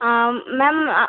ஆ ma'am ஆ